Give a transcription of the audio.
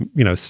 you know,